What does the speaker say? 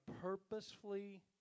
purposefully